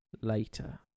later